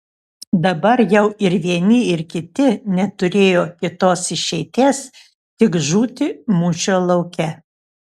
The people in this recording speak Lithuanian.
dabar jau ir vieni ir kiti neturėjo kitos išeities tik žūti mūšio lauke